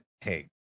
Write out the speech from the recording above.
Hey